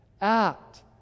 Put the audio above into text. act